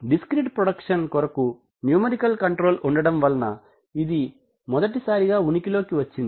discrete production కొరకు numerical control ఉండడం వలన ఇది మొదటి సారిగా ఉనికి లోకి వచ్చింది